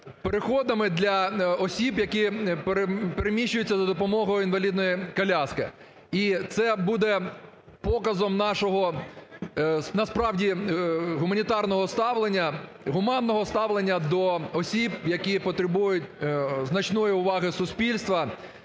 переходами для осіб, які переміщуються за допомогою інвалідної коляски, і це буде показом нашого, насправді, гуманітарного ставлення, гуманного ставлення до осіб, які потребують значної уваги суспільства